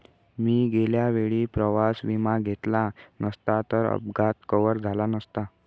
मी गेल्या वेळी प्रवास विमा घेतला नसता तर अपघात कव्हर झाला नसता